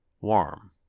warm